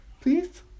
Please